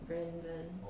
brandon